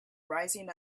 rising